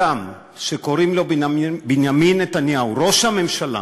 אדם שקוראים לו בנימין נתניהו, ראש הממשלה,